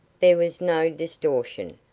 there was no distortion.